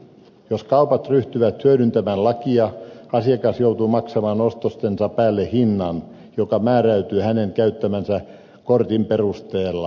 jos kaupat ryhtyvät hyödyntämään lakia asiakas joutuu maksamaan ostostensa päälle hinnan joka määräytyy hänen käyttämänsä kortin perusteella